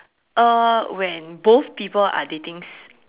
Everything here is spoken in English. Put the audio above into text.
uh when both people are dating s~